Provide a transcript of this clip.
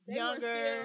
younger